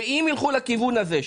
אם ילכו לכיוון הזה,